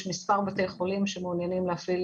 יש מספר בתי חולים שמעוניינים להפעיל